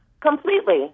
Completely